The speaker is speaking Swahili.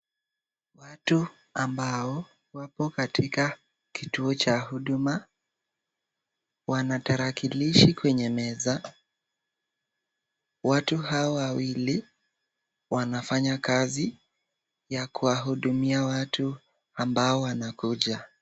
Watu ambao wako katika kituo cha huduma wana tarakilishi kwenye meza, watu hawa wawili wanafanya kazi ya kuwahudumia watu ambao wanakuja.